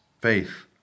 Faith